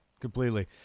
Completely